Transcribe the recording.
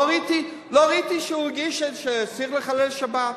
לא ראיתי שהוא הרגיש שצריך לחלל שבת.